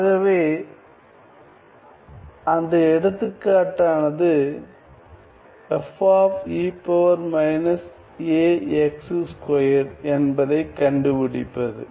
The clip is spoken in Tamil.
ஆகவே அந்த எடுத்துக்காட்டானது என்பதை கண்டுபிடிப்பது